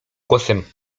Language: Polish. głosem